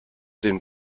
den